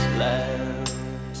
land